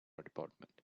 department